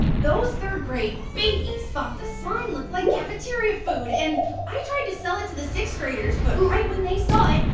those third grade babies thought the slime looked like cafeteria food, and i tried to sell it to the sixth graders, but right when they saw it,